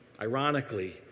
Ironically